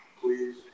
please